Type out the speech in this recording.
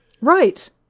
Right